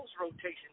rotation